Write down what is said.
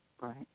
Right